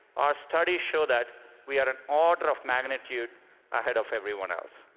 our studies show that we are an order of magnitude ahead of everyone else.